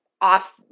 off